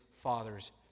father's